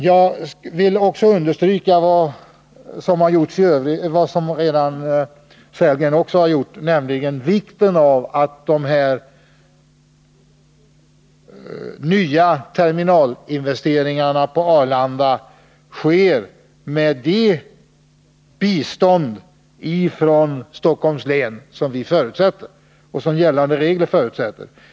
Jag vill också understryka, som Rolf Sellgren redan har gjort, vikten av att de nya terminalinvesteringarna på Arlanda sker med det bistånd från Stockholms län som vi förutsätter och som gällande regler förutsätter.